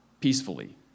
peacefully